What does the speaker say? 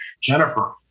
Jennifer